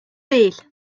değil